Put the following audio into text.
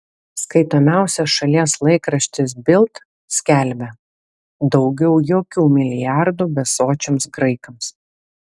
skaitomiausias šalies laikraštis bild skelbia daugiau jokių milijardų besočiams graikams